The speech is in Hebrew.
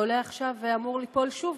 ועולה עכשיו ואמור ליפול שוב,